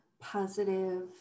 positive